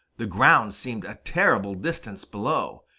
the ground seemed a terrible distance below.